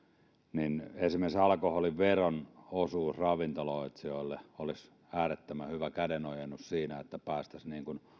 esimerkiksi alkoholiveron osuus ravintoloitsijoille olisi äärettömän hyvä kädenojennus siinä että päästäisiin